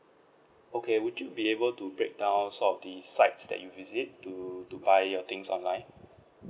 okay would you be able to breakdown sort of the sites that you visit to to buy your things online